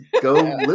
go